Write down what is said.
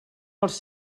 els